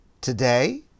today